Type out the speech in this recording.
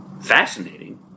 fascinating